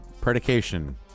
Predication